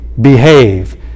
behave